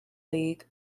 league